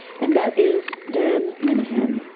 and that is dan minahan.